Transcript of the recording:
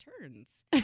turns